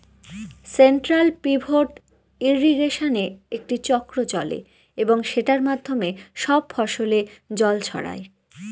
central pivot ইর্রিগেশনে একটি চক্র চলে এবং সেটার মাধ্যমে সব ফসলে জল ছড়ায়